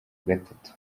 gatatu